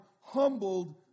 humbled